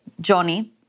Johnny